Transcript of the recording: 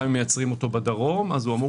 גם אם מייצרים אותו בדרום אז הוא אמור